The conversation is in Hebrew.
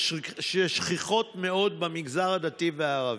ששכיחות מאוד במגזר הדתי והערבי.